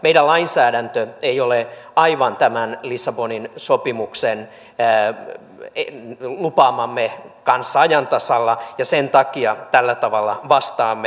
meidän lainsäädäntömme ei ole aivan tämän lissabonin sopimuksessa lupaamamme kanssa ajan tasalla ja sen takia tällä tavalla vastaamme